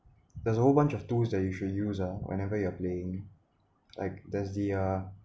there's a whole bunch of tools that you should use ah whenever you are playing like there's the uh